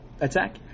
attack